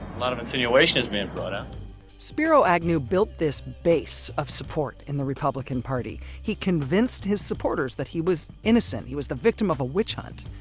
lot of insinuation is being brought out spiro agnew built this base of support in the republican party, he convinced his supporters that he was innocent, he was the victim of a witch hunt.